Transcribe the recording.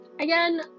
again